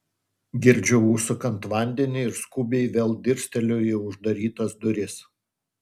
girdžiu užsukant vandenį ir skubiai vėl dirsteliu į uždarytas duris